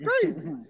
crazy